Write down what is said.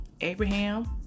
Abraham